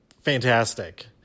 fantastic